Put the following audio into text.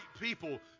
people